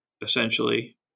essentially